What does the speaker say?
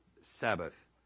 Sabbath